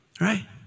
right